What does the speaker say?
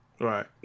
Right